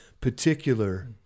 particular